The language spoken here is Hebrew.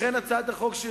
לכן הצעת החוק שלי,